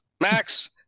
max